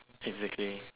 exactly